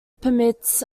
permits